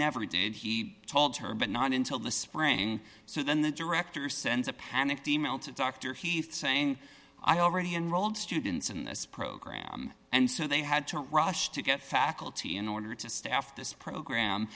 never did he told her but not until the spring so then the director sends a panicked e mail to dr heath saying i already enrolled students in this program and so they had to rush to get faculty in order to staff this program